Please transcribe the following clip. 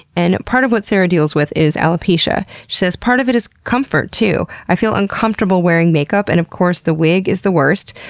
and part of what sara deals with is alopecia. she says, part of it is comfort, too. i feel uncomfortable wearing makeup, and of course the wig is the worst.